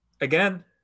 again